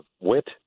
wit